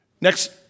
Next